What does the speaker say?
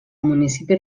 municipi